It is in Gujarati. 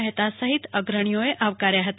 મહેતા સહિત અગ્રણીઓએ આવકાર્યા હતા